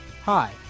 Hi